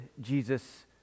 Jesus